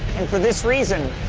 and for this reason,